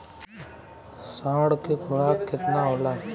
साँढ़ के खुराक केतना होला?